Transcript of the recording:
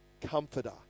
Comforter